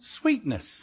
sweetness